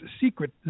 secret